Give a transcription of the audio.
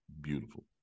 beautiful